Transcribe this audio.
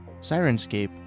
Sirenscape